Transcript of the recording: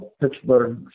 Pittsburgh